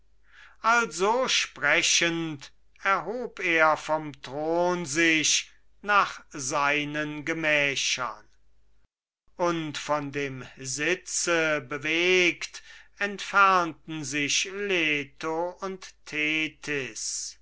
also sprechend erhub er vom thron sich nach seinen gemächern und von dem sitze bewegt entfernten sich leto und thetis